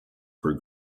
for